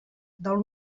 del